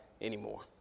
anymore